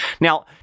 Now